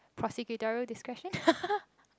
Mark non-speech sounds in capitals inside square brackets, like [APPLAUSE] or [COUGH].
prosecutorial discretion [LAUGHS]